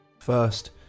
First